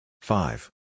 five